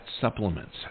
supplements